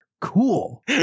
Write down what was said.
cool